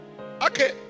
Okay